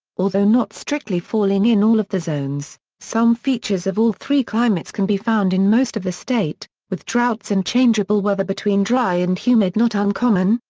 although not strictly falling in all of the zones, some features of all three climates can be found in most of the state, with droughts and changeable weather between dry and humid not uncommon,